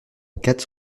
quatre